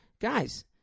guys